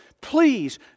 please